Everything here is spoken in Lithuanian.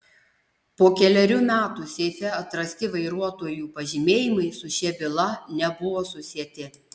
po kelerių metų seife atrasti vairuotojų pažymėjimai su šia byla nebuvo susieti